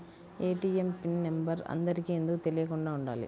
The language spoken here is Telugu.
ఏ.టీ.ఎం పిన్ నెంబర్ అందరికి ఎందుకు తెలియకుండా ఉండాలి?